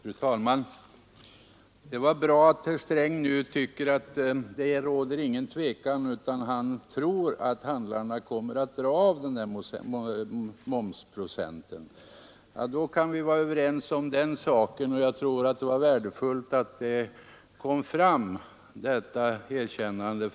Fru talman! Det var bra att herr Sträng nu tycker att det inte råder något tvivel om att handlarna kommer att dra av momssänkningen på priserna. Då kan vi vara överens om den saken, och det var värdefullt att herr Sträng gjorde detta erkännande.